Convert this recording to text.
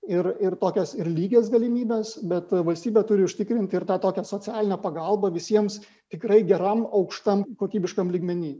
ir ir tokias ir lygias galimybes bet valstybė turi užtikrinti ir tą tokią socialinę pagalbą visiems tikrai geram aukštam kokybiškam lygmeny